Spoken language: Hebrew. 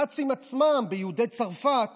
הנאצים עצמם, עם יהודי צרפת